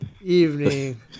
evening